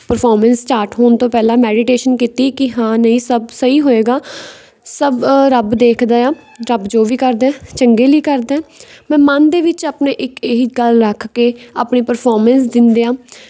performance start ਹੋਣ ਤੋਂ ਪਹਿਲਾਂ ਮੈਡੀਟੇਸ਼ਨ ਕੀਤੀ ਕਿ ਹਾਂ ਨਹੀਂ ਸਭ ਸਹੀ ਹੋਏਗਾ ਸਭ ਰੱਬ ਦੇਖਦਾ ਆ ਰੱਬ ਜੋ ਵੀ ਕਰਦਾ ਚੰਗੇ ਲਈ ਕਰਦਾ ਮੈਂ ਮਨ ਦੇ ਵਿੱਚ ਆਪਣੇ ਇੱਕ ਇਹੀ ਗੱਲ ਰੱਖ ਕੇ ਆਪਣੀ ਪਰਫੋਰਮੈਂਸ ਦਿੰਦਿਆਂ